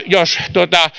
jos